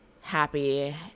happy